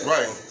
Right